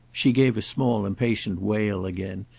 she gave a small impatient wail again,